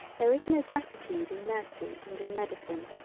there is no gratitude in mercy and in medicine.